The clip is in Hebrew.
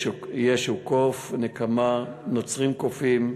"ישו קוף", "נקמה", "נוצרים קופים",